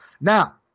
Now